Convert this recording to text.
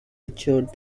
richards